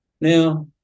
now